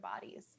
bodies